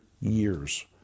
years